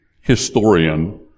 historian